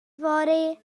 yfory